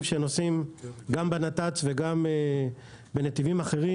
שנוסעים גם בנת"צ וגם בנתיבים אחרים.